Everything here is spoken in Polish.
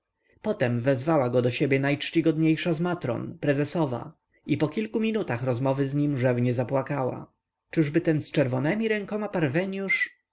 potem wezwała go do siebie najczcigodniejsza z matron prezesowa i po kilku minutach rozmowy z nim rzewnie zapłakała czyżby ten z czerwonemi rękoma parweniusz